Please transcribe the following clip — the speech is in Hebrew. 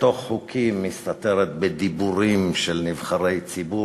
בתוך חוקים, מסתתרת בדיבורים של נבחרי ציבור,